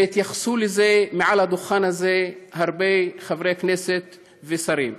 והתייחסו לזה מעל הדוכן הזה הרבה חברי כנסת ושרים,